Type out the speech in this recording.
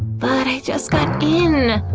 but i just got in!